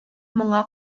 моңа